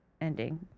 ending